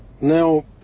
Now